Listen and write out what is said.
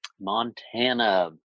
Montana